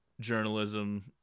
journalism